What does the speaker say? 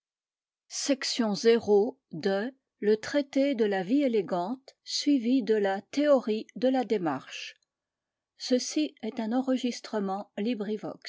la théorie de la démarche traité de la vie élégante suivi de la théorie de la démarche table of contents pages